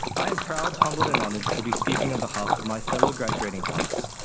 i am proud, humbled and honored to be speaking on behalf of my fellow graduating class.